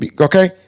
okay